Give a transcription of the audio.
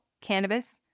cannabis